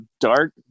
dark